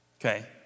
Okay